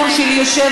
היום.